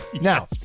Now